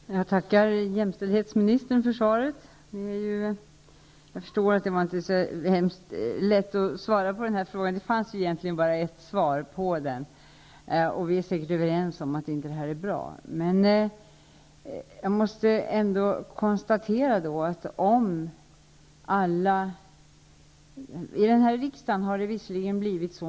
Fru talman! Jag tackar jämställdhetsministern för svaret. Jag förstår att det inte var så lätt att svara på frågan, men det fanns egentligen bara ett svar på den. Vi är säkert överens om att det inte är bra som det är. Jag måste ändå konstatera att det i denna riksdag visserligen blivit